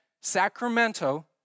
Sacramento